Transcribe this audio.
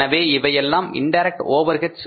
எனவே இவையெல்லாம் indirect overheads